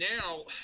now –